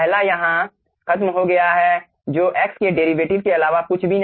पहला यहाँ खत्म हो गया है जो x के डेरीवेटिव के अलावा कुछ भी नहीं है